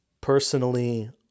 personally